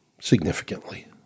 significantly